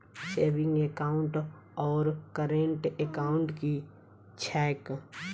Saving account आओर current account की छैक?